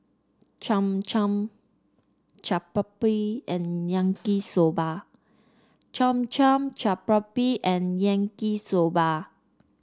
Cham Cham Chaat Papri and Yaki Soba Cham Cham Chaat Papri and Yaki soda